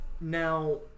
Now